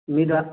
మీ ద్వారా